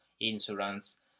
insurance